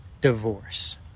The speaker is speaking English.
divorce